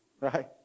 Right